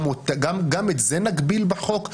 גם את זה נגביל בחוק,